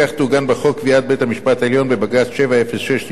בכך תעוגן בחוק קביעת בית המשפט העליון בבג"ץ 706/94,